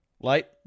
Light